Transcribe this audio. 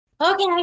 okay